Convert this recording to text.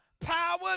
power